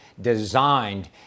designed